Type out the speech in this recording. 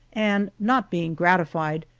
and not being gratified,